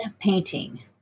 painting